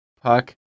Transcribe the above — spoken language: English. Puck